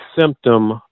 symptom